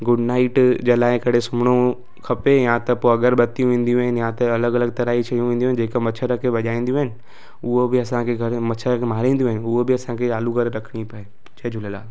good Knight जलाए करे सुम्हिणो खपे या त पोइ अगरबतियूं ईंदियूं आहिनि या त अलॻि अलॻि तरह जी शयूं ईंदी आहिनि जेका मछर खे भॼाईंदियूं आहिनि उहहे बि असांखे घर जे मच्छर खे मारींदियूं आहिनि उअ बि असांखे चालू करे रखणी पए जय झूलेलाल